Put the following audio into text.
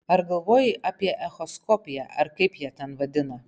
ar galvojai apie echoskopiją ar kaip jie ten vadina